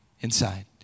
inside